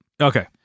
Okay